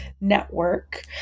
network